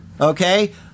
okay